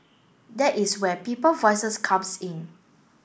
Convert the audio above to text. that is where People Voices comes in